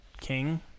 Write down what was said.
king